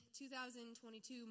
2022